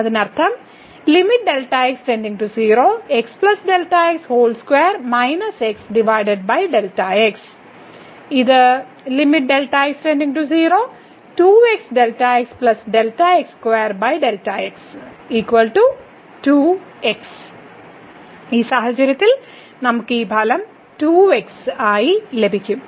അതിനർത്ഥം ഇത് മാറും ഈ സാഹചര്യത്തിൽ നമുക്ക് ഈ ഫലം 2x ആയി ലഭിക്കും